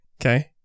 okay